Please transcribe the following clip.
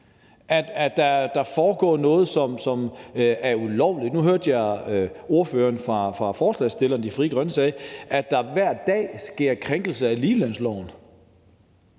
at der foregår noget, som er ulovligt. Nu hørte jeg ordføreren for forslagsstillerne, Frie Grønne, sige, at der hver dag sker krænkelser af ligelønsloven.